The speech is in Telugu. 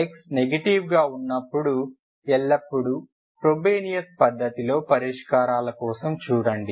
x నెగెటివ్ గా ఉన్నప్పుడు ఎల్లప్పుడూ ఫ్రోబెనియస్ పద్ధతిలో పరిష్కారాల కోసం చూడండి